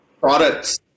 products